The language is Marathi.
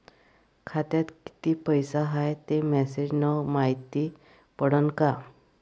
खात्यात किती पैसा हाय ते मेसेज न मायती पडन का?